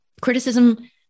criticism